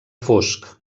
fosc